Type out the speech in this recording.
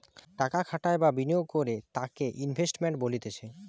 টাকা খাটাই বা বিনিয়োগ করে তাকে ইনভেস্টমেন্ট বলতিছে